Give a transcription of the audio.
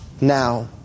now